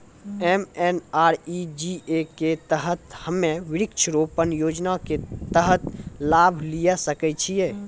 MNREGA के तहत हम्मय वृक्ष रोपण योजना के तहत लाभ लिये सकय छियै?